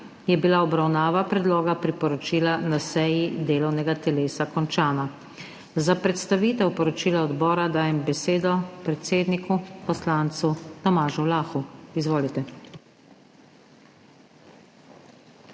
je bila obravnava predloga priporočila na seji delovnega telesa končana. Za predstavitev poročila odbora dajem besedo predsedniku, poslancu Tomažu Lahu. Izvolite.